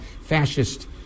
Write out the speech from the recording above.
fascist